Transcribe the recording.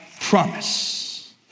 promise